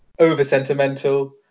over-sentimental